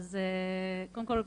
קודם כל,